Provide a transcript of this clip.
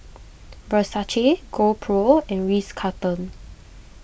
Versace GoPro and Ritz Carlton